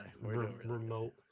remote